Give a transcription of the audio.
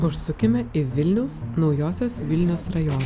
užsukime į vilniaus naujosios vilnios rajoną